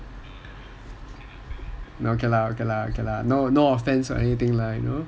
okay lah okay lah okay lah n~ no offence or anything lah you know